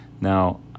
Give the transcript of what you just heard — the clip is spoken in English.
Now